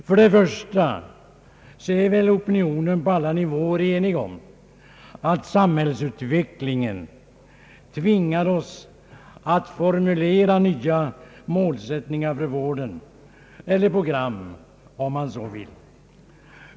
För det första är väl opinionen på alla nivåer enig om att samhällsutvecklingen tvingar oss att formulera nya målsättningar för vården — eller program om man så vill.